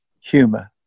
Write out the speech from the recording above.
humor